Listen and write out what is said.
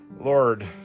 Lord